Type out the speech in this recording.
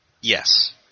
Yes